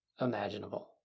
imaginable